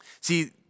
see